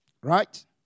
right